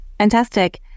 fantastic